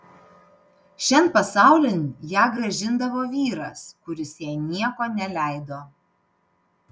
šian pasaulin ją grąžindavo vyras kuris jai nieko neleido